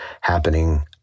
happening